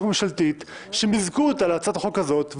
ממשלתית שמיזגו אותה להצעת החוק הזאת.